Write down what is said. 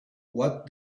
what